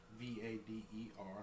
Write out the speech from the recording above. V-A-D-E-R